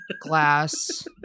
glass